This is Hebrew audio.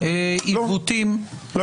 מחמיר עיוותים --- לא.